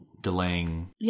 delaying